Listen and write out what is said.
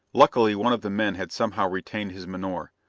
luckily, one of the men had somehow retained his menore.